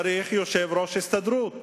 צריך יושב-ראש הסתדרות.